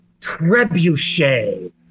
Trebuchet